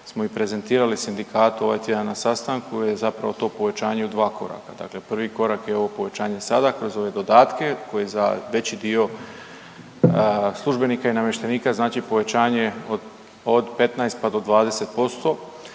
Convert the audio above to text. smo i prezentirali sindikatu, ovaj tjedan na sastanku je zapravo to povećanje u 2 koraka. Dakle prvi korak je ovo povećanje sada kroz ove dodatke koji za veći dio službenika i namještenika znači povećanje od 15 pa do 20%,